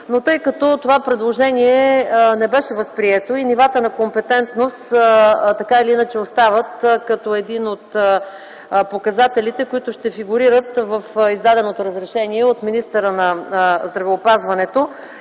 Тъй като това предложение не беше възприето и нивата на компетентност така или иначе остават като един от показателите, които ще фигурират в издаденото разрешение от министъра на здравеопазването,